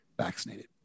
vaccinated